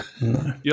No